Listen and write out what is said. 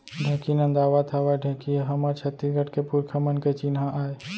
ढेंकी नदावत हावय ढेंकी ह हमर छत्तीसगढ़ के पुरखा मन के चिन्हा आय